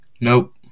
Nope